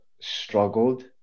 struggled